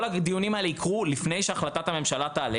כל הדיונים האלה יקרו לפני שהחלטת הממשלה תעלה,